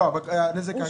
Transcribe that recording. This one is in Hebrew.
לגבי הנזק העקיף.